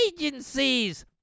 agencies